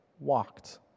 walked